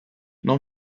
non